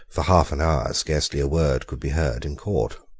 for half an hour, scarcely a word could be heard in court.